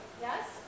Yes